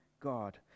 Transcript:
God